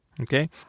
Okay